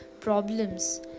problems